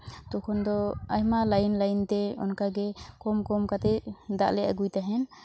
ᱛᱚᱠᱷᱚᱱ ᱫᱚ ᱟᱭᱢᱟ ᱞᱟᱭᱤᱱ ᱞᱟᱭᱤᱱ ᱛᱮ ᱚᱱᱠᱟ ᱜᱮ ᱠᱚᱢ ᱠᱚᱢ ᱠᱟᱛᱮᱫ ᱫᱟᱜ ᱞᱮ ᱟ ᱜᱩᱭ ᱛᱟᱦᱮᱱ